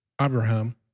Abraham